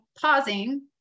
pausing